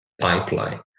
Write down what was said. pipeline